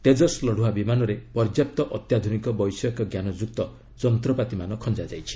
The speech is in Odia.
ତେଜସ୍ ଲତୁଆ ବିମାନରେ ପର୍ଯ୍ୟାପ୍ତ ଅତ୍ୟାଧୁନିକ ବୈଷୟିକ ଜ୍ଞାନଯୁକ୍ତ ଯନ୍ତପାତି ଖଞ୍ଜାଯାଇଛି